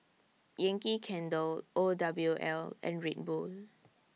Yankee Candle O W L and Red Bull